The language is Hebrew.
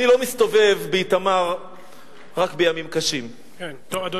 אני לא מסתובב באיתמר רק בימים קשים, טוב, אדוני.